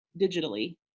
digitally